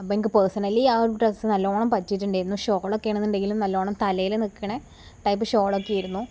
അപ്പോഴെനിക്ക് personally ആ dress നല്ലവണ്ണം പറ്റിയിട്ടുണ്ടായിരുന്നു ഷോളൊക്കെ ആണെന്നുണ്ടെങ്കിലും നല്ലവണ്ണം തലയില് നില്ക്കുന്ന ടൈപ്പ് ഷോളൊക്കെ ആയിരുന്നു